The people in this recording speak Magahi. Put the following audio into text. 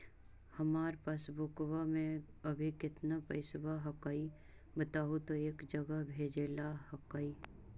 हमार पासबुकवा में अभी कितना पैसावा हक्काई बताहु तो एक जगह भेजेला हक्कई?